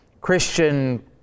Christian